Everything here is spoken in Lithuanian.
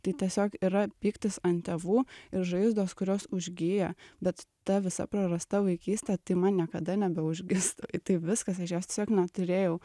tai tiesiog yra pyktis ant tėvų ir žaizdos kurios užgyja bet ta visa prarasta vaikystė tai man niekada nebeužgis taip viskas aš jos tiesiog neturėjau